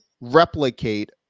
replicate